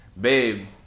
babe